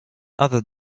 other